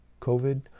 COVID